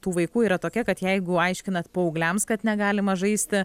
tų vaikų yra tokia kad jeigu aiškinat paaugliams kad negalima žaisti